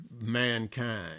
mankind